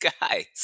guys